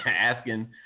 asking